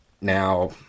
Now